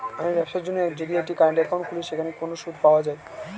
আমি ব্যবসার জন্য যদি একটি কারেন্ট একাউন্ট খুলি সেখানে কোনো সুদ পাওয়া যায়?